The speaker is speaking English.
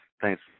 Thanks